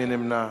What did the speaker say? מי נמנע?